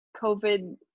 COVID